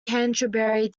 canterbury